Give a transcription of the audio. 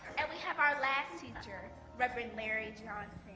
and we have our last teacher reverend larry johnson